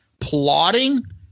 Plotting